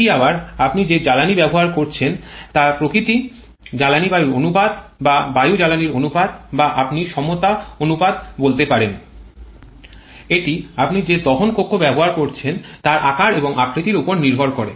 এটি আবার আপনি যে জ্বালানী ব্যবহার করছেন তার প্রকৃতিজ্বালানী বায়ুর অনুপাত বা বায়ু জ্বালানীর অনুপাত বা আপনি সমতা অনুপাত বলতে পারেন এটি আপনি যে দহন কক্ষ ব্যবহার করছেন তার আকার এবং আকৃতির উপর নির্ভর করে